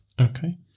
Okay